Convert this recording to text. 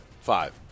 Five